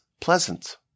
pleasant